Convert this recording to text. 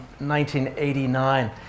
1989